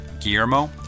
Guillermo